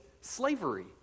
slavery